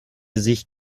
sich